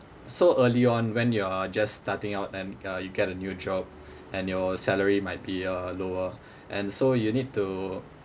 so early on when you're just starting out and uh you get a new job and your salary might be uh lower and so you need to